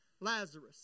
Lazarus